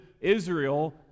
Israel